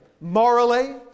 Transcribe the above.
morally